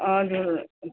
हजुर